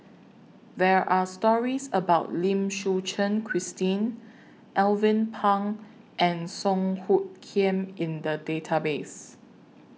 There Are stories about Lim Suchen Christine Alvin Pang and Song Hoot Kiam in The Database